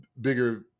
bigger